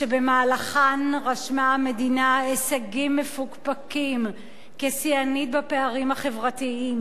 שבמהלכן רשמה המדינה הישגים מפוקפקים כשיאנית בפערים החברתיים,